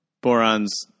Boron's